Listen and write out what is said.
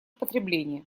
потребления